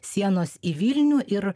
sienos į vilnių ir